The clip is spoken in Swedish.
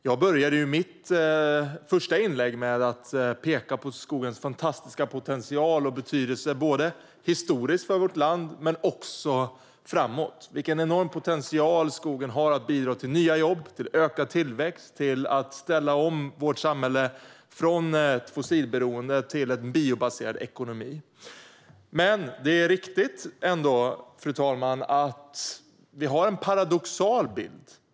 Jag började dock mitt första inlägg med att peka på skogens fantastiska potential och betydelse, både historiskt för vårt land och framåt, och den enorma potential skogen har att bidra till nya jobb, till ökad tillväxt och till att ställa om vårt samhälle från en fossilberoende ekonomi till en biobaserad. Men det är ändå riktigt, fru talman, att vi har en paradoxal bild.